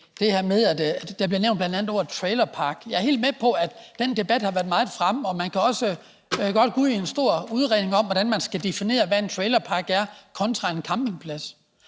om noget. Ordføreren nævner bl.a. ordet trailerpark, og jeg er helt med på, at den debat har været meget fremme, og man kan også godt bevæge sig ud i en stor udredning om, hvordan man skal definere, hvad en trailerpark er kontra en campingplads.